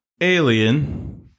Alien